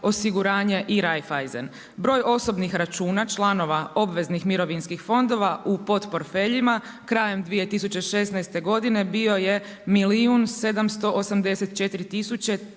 osiguranje i Raiffeisen. Broj osobnih računa, članova obveznih mirovinskih fondova u port portfeljima krajem 2016. godine, bio je milijun